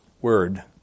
Word